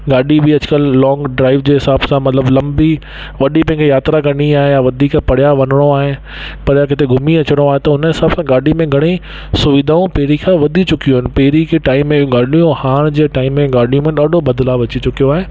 गाॾी बि अॼु कल्ह लॉंग ड्राईव जे हिसाब सां मतलबु लंबी वॾी तव्हां खे यात्रा करिणी आहे यां वधीक परियां वञिणो आहे परियां किथे घुमी अचिणो आहे त उन हिसाब सां गाॾीअ में घणे ई सुविधाऊं पहिरीं खां वधी चुकियूं आहिनि पहिरी के टाईम में गाॾियूं हाणे जे टाइम में गाॾी में ॾाढो बदिलाव अची चुकियो आहे